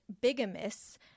bigamous